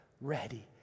ready